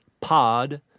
pod